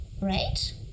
right